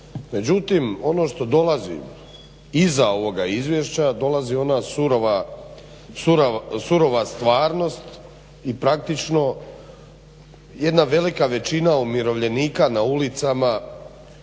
međutim ono što dolazi iza ovoga izvješća dolazi ona surova stvarnost i praktično jedna velika većina umirovljenika na ulicama